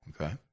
Okay